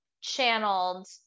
channeled